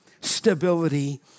Stability